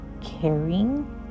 caring